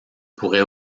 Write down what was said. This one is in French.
pourrait